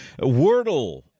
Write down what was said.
Wordle